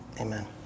amen